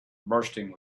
bursting